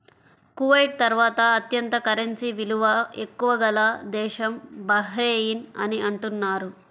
Kuwait తర్వాత అత్యంత currency విలువ ఎక్కువ గల దేశం బహ్రెయిన్ అని అంటున్నారు